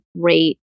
great